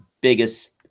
biggest